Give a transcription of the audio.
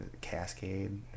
Cascade